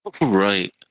Right